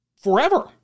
forever